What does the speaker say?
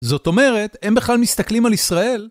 זאת אומרת, הם בכלל מסתכלים על ישראל?